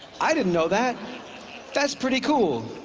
i didn't know that that's pretty cool.